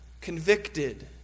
convicted